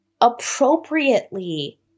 appropriately